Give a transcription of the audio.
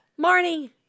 Marnie